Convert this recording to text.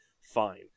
Fine